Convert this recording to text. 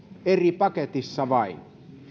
eri paketissa vain